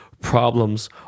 problems